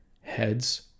heads